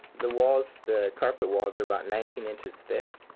the walls, the carpet walls are about nineteen inches thick.